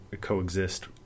coexist